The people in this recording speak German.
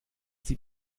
sie